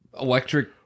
electric